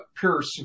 Pierce